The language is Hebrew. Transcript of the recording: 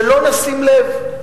שלא נשים לב.